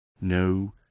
No